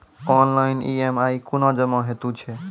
Online EMI कूना जमा हेतु छै?